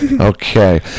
Okay